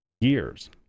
years